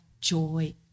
joy